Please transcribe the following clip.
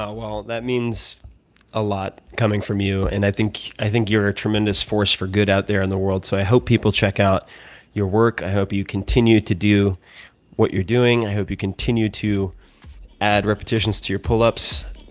well, that means a lot coming from you. and i think i think you're a tremendous force for good out there in the world. so, i hope people check out your work. i hope you continue to do what you're doing. i hope you continue to add repetitions to your pull ups